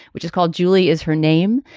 which is called julie is her name.